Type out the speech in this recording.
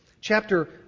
Chapter